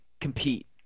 compete